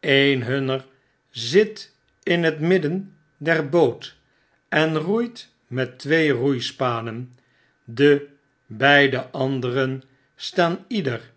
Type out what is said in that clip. een hunner zit in het midden der boot en roeit met twee roeispanen de beide anderen staan ieder